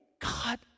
God